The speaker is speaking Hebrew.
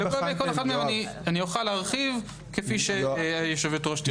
על כל אחד מהם אוכל להרחיב, כפי שהיושבת-ראש תרצה.